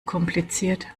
kompliziert